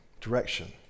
direction